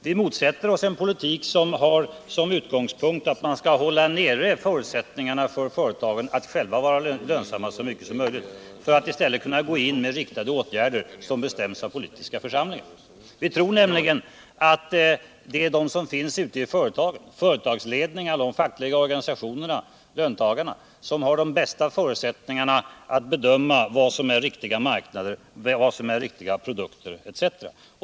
Vi motsätter oss en politik som har som utgångspunkt att vi skall försvåra för företagen att själva vara lönsamma för att i stället kunna gå in med riktade åtgärder som bestäms av politiska församlingar. Vi tror att det är de som finns ute i företagen — företagsledningarna och löntagarna —som har de bästa förutsättningarna att bedöma vad som är riktiga produkter.